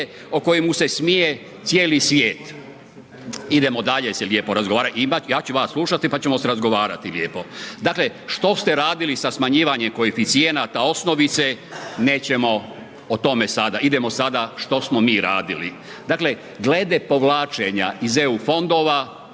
o kojemu se smije cijeli svijet. Idemo se dalje lijepo razgovarati, ja ću vas slušati pa ćemo se razgovarati lijepo. Dakle, što ste radili sa smanjivanjem koeficijenata osnovice, nećemo o tome sada. Idemo sada što smo mi radili. Dakle, glede povlačenja iz eu fondova,